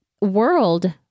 world